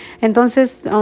entonces